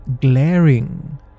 glaring